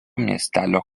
miestelio